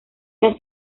las